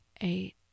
eight